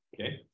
okay